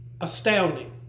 astounding